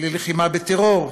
ללחימה בטרור,